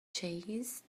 chase